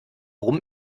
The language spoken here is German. rum